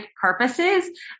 purposes